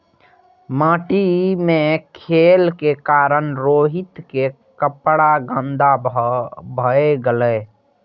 माटि मे खेलै के कारण रोहित के कपड़ा गंदा भए गेलै